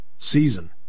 Season